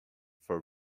for